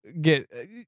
get